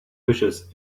wishes